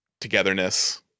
togetherness